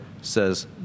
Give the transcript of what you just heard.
says